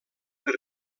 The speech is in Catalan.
per